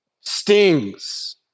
stings